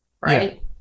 Right